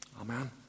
Amen